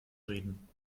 reden